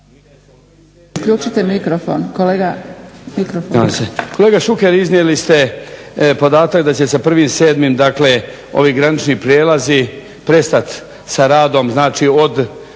Kolega Šuker iznijeli ste podatak da će sa 1.7. dakle ovi granični prijelazi prestat sa radom, znači od